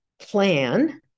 plan